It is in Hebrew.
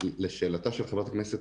לשאלתה של חברת הכנסת,